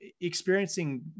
experiencing